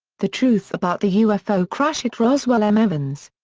the truth about the ufo crash at roswell. m evans.